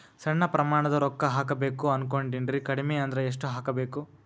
ಸಣ್ಣ ಪ್ರಮಾಣದ ರೊಕ್ಕ ಹಾಕಬೇಕು ಅನಕೊಂಡಿನ್ರಿ ಕಡಿಮಿ ಅಂದ್ರ ಎಷ್ಟ ಹಾಕಬೇಕು?